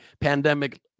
pandemic